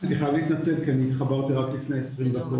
אני חייב להתנצל כי אני התחברתי רק לפני 20 דקות,